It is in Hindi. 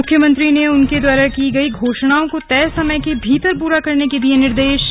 मुख्यमंत्री ने उनके द्वारा की गई घोषणाओं को तय समय के भीतर पूरा करने के निर्देश दिए